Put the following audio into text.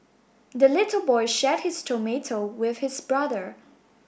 the little boy shared his tomato with his brother